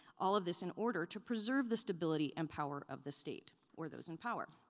all of this in order to preserve the stability and power of the state or those in power.